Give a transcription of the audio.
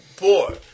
boy